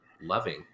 loving